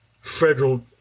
federal